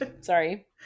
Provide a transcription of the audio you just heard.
Sorry